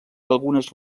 algunes